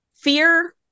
fear